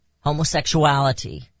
homosexuality